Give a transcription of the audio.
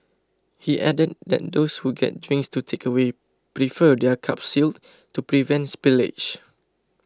he added that those who get drinks to takeaway prefer their cups sealed to prevent spillage